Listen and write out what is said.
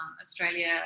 australia